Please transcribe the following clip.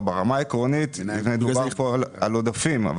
ברמה העקרונית מדוב כאן על עודפים אבל